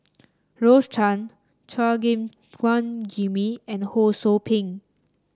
Rose Chan Chua Gim Guan Jimmy and Ho Sou Ping